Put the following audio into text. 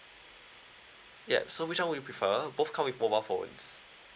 yup so which [one] would you prefer both come with mobile phones